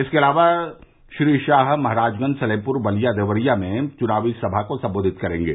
इसके अलावा श्री शाह महराजगंज सलेमपुर बलिया देवरिया में चुनावी सभा को सम्बोधित करेंगे